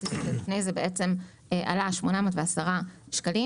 הכרטיס שלפני כן עלה 810 שקלים,